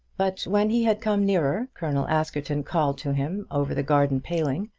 but when he had come nearer, colonel askerton called to him over the garden paling,